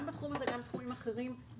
גם בתחום הזה וגם בתחומים אחרים,